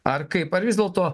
ar kaip ar vis dėlto